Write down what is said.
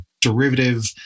derivative